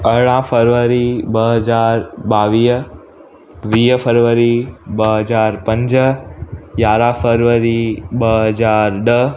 अरिड़हां फरवरी ॿ हज़ार ॿावीह वीह फरवरी ॿ हज़ार पंज यारहां फरवरी ॿ हज़ार ॾह